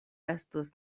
estos